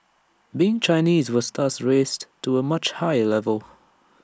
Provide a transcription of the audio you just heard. being Chinese was thus raised to A much higher level